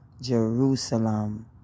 Jerusalem